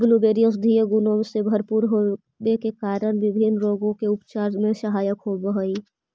blueberry औषधीय गुणों से भरपूर होवे के कारण विभिन्न रोगों के उपचार में सहायक होव हई